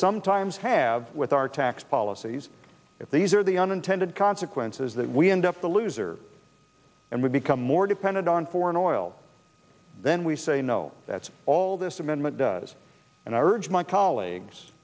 sometimes have with our tax policies if these are the unintended consequences that we end up the loser and we become more dependent on foreign oil then we say no that's all this amendment does and i urge my colleagues